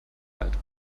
halt